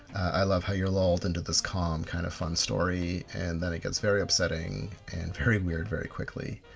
i love how you're lulled into this calm, kind of fun story and then it gets very upsetting and very weird very quickly.